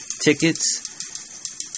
Tickets